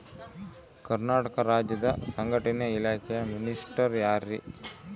ಕರ್ನಾಟಕ ರಾಜ್ಯದ ಸಂಘಟನೆ ಇಲಾಖೆಯ ಮಿನಿಸ್ಟರ್ ಯಾರ್ರಿ?